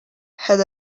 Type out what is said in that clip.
had